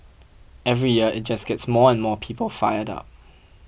every year it just gets more and more people fired up